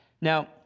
Now